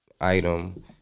item